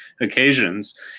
occasions